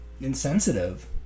insensitive